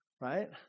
Right